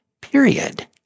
period